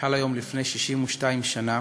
שחל היום לפני 62 שנה.